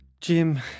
Jim